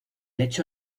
hecho